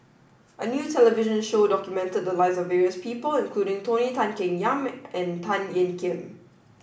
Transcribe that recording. a new television show documented the lives of various people including Tony Tan Keng Yam and Tan Ean Kiam